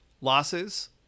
Losses